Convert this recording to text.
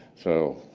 so.